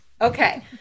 Okay